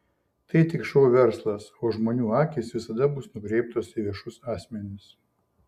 tai tik šou verslas o žmonių akys visada bus nukreiptos į viešus asmenis